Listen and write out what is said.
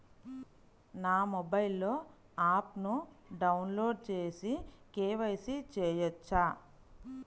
నా మొబైల్లో ఆప్ను డౌన్లోడ్ చేసి కే.వై.సి చేయచ్చా?